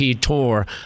tour